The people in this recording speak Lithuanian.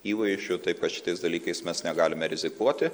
įvaizdžiu taip kad šitais dalykais mes negalime rizikuoti